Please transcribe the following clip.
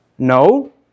No